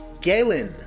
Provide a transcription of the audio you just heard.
Galen